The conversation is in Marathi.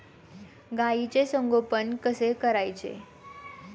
गाईचे संगोपन कसे करायचे?